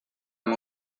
amb